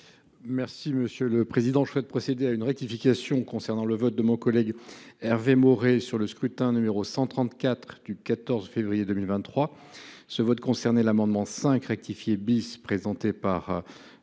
Merci monsieur le président. Je fais de procéder à une rectification concernant le vote de mon collègue Hervé Maurey sur le scrutin, numéro 134 du 14 février 2023. Ce vote concerné, l'amendement 5 rectifier bis présenté par